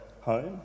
home